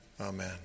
Amen